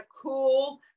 cool